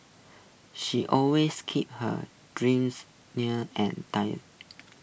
she always keeps her dreams near and tidy